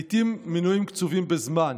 לעיתים במינויים קצובים בזמן,